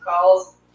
calls